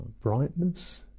brightness